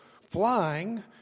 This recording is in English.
flying